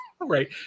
Right